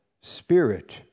spirit